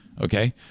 okay